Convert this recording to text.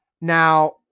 Now